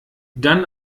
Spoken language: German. dann